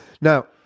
now